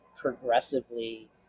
progressively